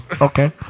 Okay